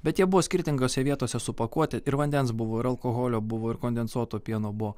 bet jie buvo skirtingose vietose supakuoti ir vandens buvo ir alkoholio buvo ir kondensuoto pieno buvo